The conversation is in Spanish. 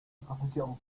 profesión